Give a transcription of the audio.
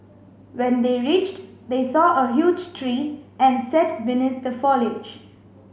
when they reached they saw a huge tree and sat beneath the foliage